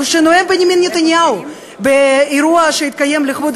כשנואם בנימין נתניהו באירוע שהתקיים לכבוד